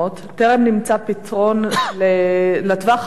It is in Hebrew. טרם נמצא פתרון לטווח הארוך,